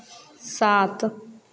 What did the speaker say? सात